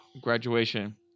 graduation